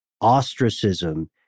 ostracism